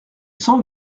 san